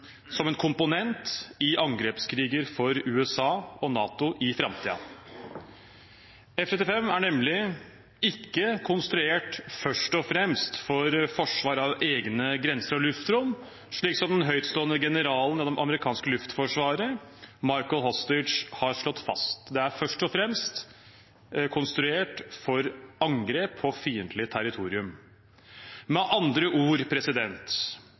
som en komponent i angrepskriger for USA og NATO i framtiden. F-35 er nemlig ikke konstruert først og fremst for forsvar av egne grenser og luftrom, noe den høytstående generalen i det amerikanske luftforsvaret Michael Hostage har slått fast. Det er først og fremst konstruert for angrep på fiendtlig territorium. Med andre ord: